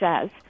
says